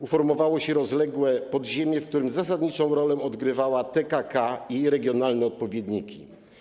Uformowało się rozległe podziemie, w którym zasadniczą rolę odgrywała TKK i jej regionalne odpowiedniki.